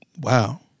Wow